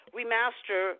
remaster